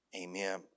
Amen